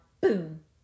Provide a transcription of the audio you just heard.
boom